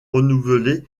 renouvelée